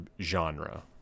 genre